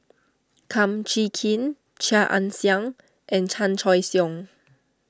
Kum Chee Kin Chia Ann Siang and Chan Choy Siong